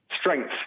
strength